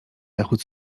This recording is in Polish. zachód